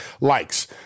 likes